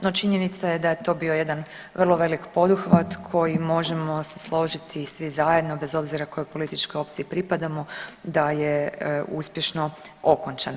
No, činjenica je da je to bio jedan vrlo velik poduhvat koji možemo se složiti svi zajedno bez obzira kojoj političkoj opciji pripadamo da je uspješno okončan.